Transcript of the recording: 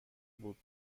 بود